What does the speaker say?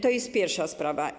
To jest pierwsza sprawa.